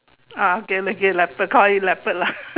ah okay okay call it leopard lah